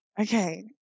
okay